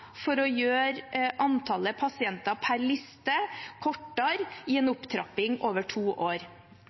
for å gjøre antall pasienter per liste kortere, i en opptrapping over to år.